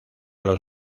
los